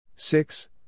Six